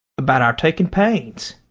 about our taking pains.